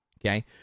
Okay